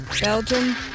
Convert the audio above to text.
Belgium